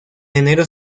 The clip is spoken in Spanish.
enero